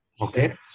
Okay